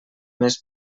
més